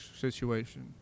situation